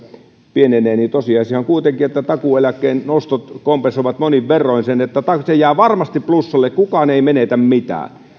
pienenevät niin tosiasiahan on kuitenkin että takuueläkkeen nostot kompensoivat monin verroin sen että se jää varmasti plussalle kukaan ei menetä mitään